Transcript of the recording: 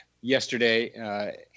yesterday